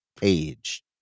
page